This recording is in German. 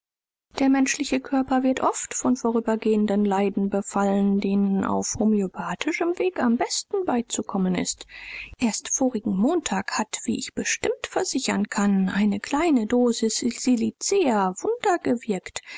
der menschliche körper wird oft von vorübergehenden leiden befallen denen auf homöopathischem weg am besten beizukommen ist erst vorigen montag hat wie ich bestimmt versichern kann eine kleine dosis silizea wunder gewirkt